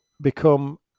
become